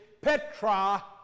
Petra